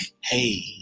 Hey